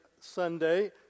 Sunday